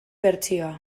bertsioa